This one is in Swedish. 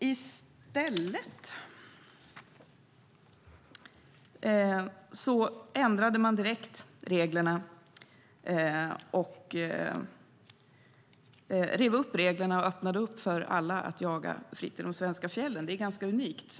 I stället rev man direkt upp reglerna och öppnade för alla att jaga fritt i de svenska fjällen. Det är unikt.